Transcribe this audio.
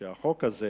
שהחוק הזה